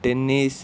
tennis